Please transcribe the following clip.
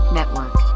Network